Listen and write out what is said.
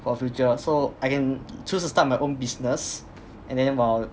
for future so I can choose to start my own business and then while